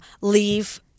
Leave